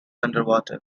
underwater